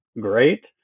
great